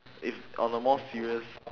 if on a more serious